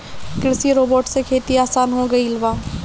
कृषि रोबोट से खेती आसान हो गइल बा